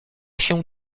się